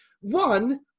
one